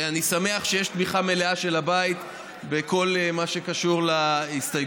ואני שמח שיש תמיכה מלאה של הבית בכל מה שקשור להסתייגויות.